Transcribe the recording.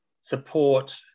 support